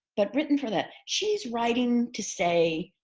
but written for that. she's writing to say,